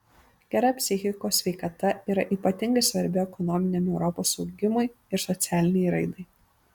gera psichikos sveikata yra ypatingai svarbi ekonominiam europos augimui ir socialinei raidai